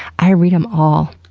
i read them all,